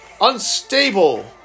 unstable